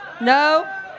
No